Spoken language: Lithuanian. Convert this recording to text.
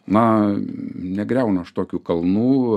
na negriaunu aš tokių kalnų